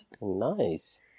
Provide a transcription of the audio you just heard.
Nice